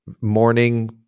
morning